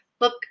Look